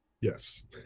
yes